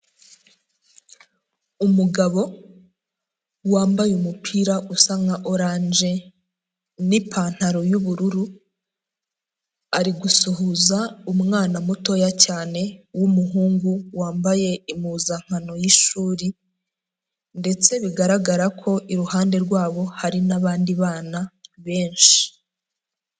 Umugabo wambaye umupira usa nka orange n'ipantaro y'ubururu, arigusuhuza umwana mutoya cyane w'umuhungu wambaye impuzankano y'ishuri, ndetse bigaragara ko iruhande rwabo hari n'abandi bana benshi.